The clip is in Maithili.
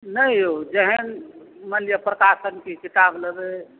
नहि यौ जेहेन मानि लिअ प्रकाशनके किताब लेबै